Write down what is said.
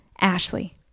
Ashley